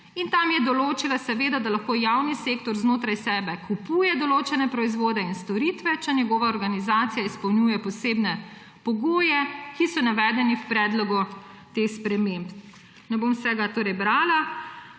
Tam je določila, da lahko javni sektor znotraj sebe kupuje določene proizvode in storitve, če njegova organizacija izpolnjuje posebne pogoje, ki so navedeni v predlogu teh sprememb.« Ne bom vsega brala.